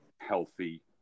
healthy